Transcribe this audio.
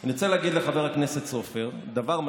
אני רוצה לומר לחבר הכנסת סופר דבר מדהים.